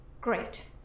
Great